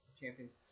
Champions